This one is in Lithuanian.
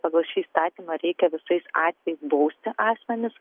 pagal šį įstatymą reikia visais atvejais bausti asmenis